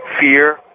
fear